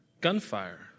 gunfire